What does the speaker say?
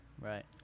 Right